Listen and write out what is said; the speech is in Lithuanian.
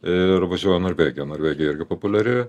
ir važiuoja norvegija norvegija irgi populiari